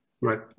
Right